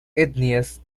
etnias